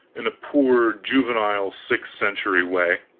in a poor juvenile sixth century way.